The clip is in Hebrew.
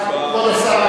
כבוד השר,